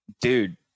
dude